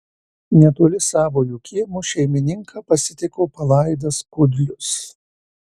netoli savojo kiemo šeimininką pasitiko palaidas kudlius